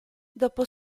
dopo